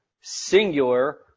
singular